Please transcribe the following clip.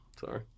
sorry